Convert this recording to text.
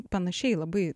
panašiai labai